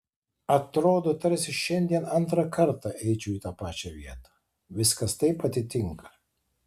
atrodo tarsi šiandien antrą kartą eičiau į tą pačią vietą viskas taip atitinka